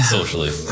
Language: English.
Socially